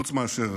חוץ מאשר